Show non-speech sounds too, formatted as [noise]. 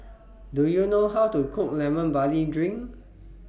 [noise] Do YOU know How to Cook Lemon Barley Drink